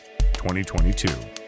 2022